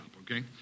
okay